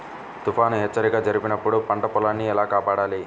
తుఫాను హెచ్చరిక జరిపినప్పుడు పంట పొలాన్ని ఎలా కాపాడాలి?